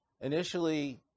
Initially